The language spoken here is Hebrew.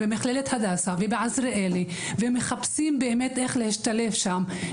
במכללת הדסה ובעזריאלי ומחפשים איך להשתלב שם.